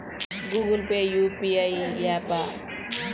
Google Pay UPI య్యాపా?